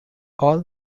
all